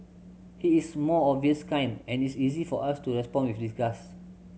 he is more obvious kind and it's easy for us to respond with disgust